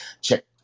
Check